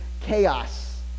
chaos